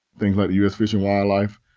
things like the us fish and wildlife,